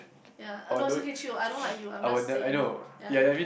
ya uh no it's okay chill I don't like you I'm just saying ya